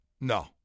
No